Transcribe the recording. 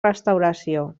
restauració